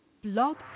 blog